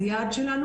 זה יעד שלנו,